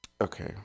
okay